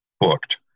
booked